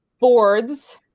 boards –